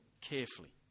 carefully